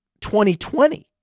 2020